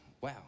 wow